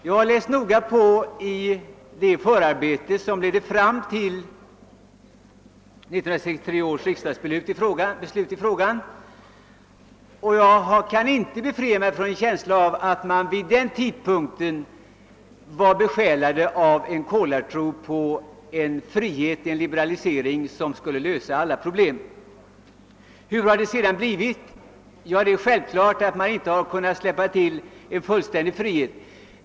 Jag har läst noga på i de förarbeten som ledde fram till 1963 års riksdagsbeslut i frågan, och jag kan inte befria mig från en känsla av att man vid den tidpunkten var besjälad av en kolartro på en liberalisering, som skulle lösa alla problem. Hur har det sedan blivit? Det är självklart att man inte har kunnat släppa loss en fullständig frihet.